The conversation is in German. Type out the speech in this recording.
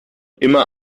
immer